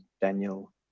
Daniel